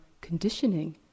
conditioning